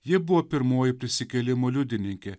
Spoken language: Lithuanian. ji buvo pirmoji prisikėlimo liudininkė